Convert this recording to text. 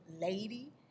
lady